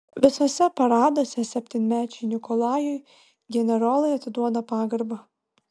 visuose paraduose septynmečiui nikolajui generolai atiduoda pagarbą